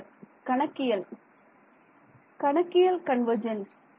மாணவர் கணக்கியல் கணக்கியல் கன்வர்ஜென்ஸ்